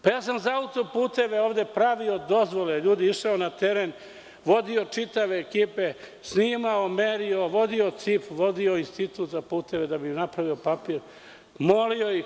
Za autoputeve ovde, sam pravio dozvole, ljudi, išaona teren, vodio čitave ekipe, snimao, merio, vodio CIP, vodio Institut za puteve da bi napravio papir, molio ih.